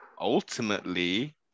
ultimately